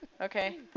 Okay